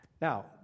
Now